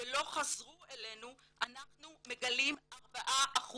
ולא חזרו אלינו, אנחנו מגלים 4%